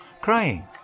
crying